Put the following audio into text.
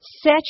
Set